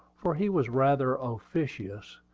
for he was rather officious,